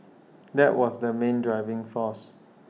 that was the main driving force